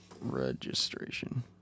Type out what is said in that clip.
Registration